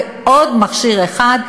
ועוד מכשיר אחד,